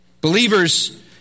Believers